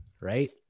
Right